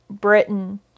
Britain